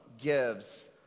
gives